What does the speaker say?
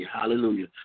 hallelujah